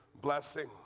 blessing